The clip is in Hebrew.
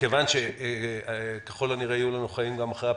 מכיוון שככל הנראה יהיו לנו חיים גם אחרי הפסח,